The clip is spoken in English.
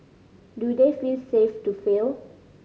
do they feel safe to fail